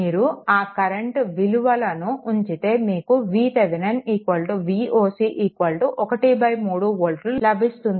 మీరు ఆ కరెంట్ విలువలను ఉంచితే మీకు VThevenin Voc 1 3వోల్ట్లు లభిస్తుంది